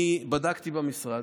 אני בדקתי במשרד,